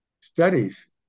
studies